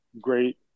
great